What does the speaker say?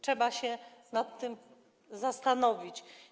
Trzeba się nad tym zastanowić.